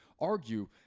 argue